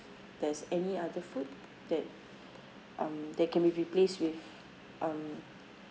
there's any other food that um they can be replaced with um